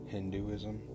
Hinduism